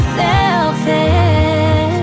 selfish